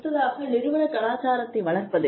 அடுத்ததாக நிறுவன கலாச்சாரத்தை வளர்ப்பது